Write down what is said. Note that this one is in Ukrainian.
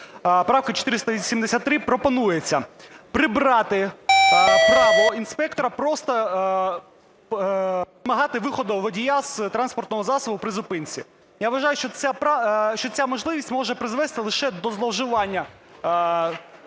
правка 483. Пропонується прибрати право інспектора просто вимагати виходу водія з транспортного засобу при зупинці. Я вважаю, що ця можливість може призвести лише до зловживання